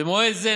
במועד זה,